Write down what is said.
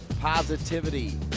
positivity